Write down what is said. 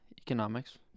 economics